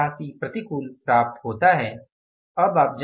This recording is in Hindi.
यह 85 प्रतिकूल प्राप्त होता है